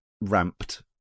ramped